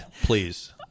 Please